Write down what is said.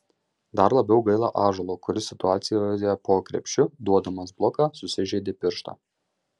dar labiau gaila ąžuolo kuris situacijoje po krepšiu duodamas bloką susižeidė pirštą